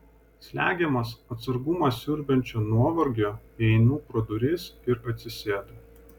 slegiamas atsargumą siurbiančio nuovargio įeinu pro duris ir atsisėdu